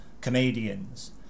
comedians